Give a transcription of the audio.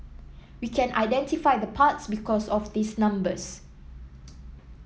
we can identify the parts because of these numbers